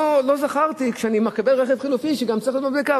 לא זכרתי שכשאני מקבל רכב חלופי גם צריכה להיות מדבקה.